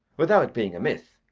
without being a myth,